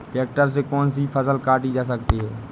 Tractor से कौन सी फसल काटी जा सकती हैं?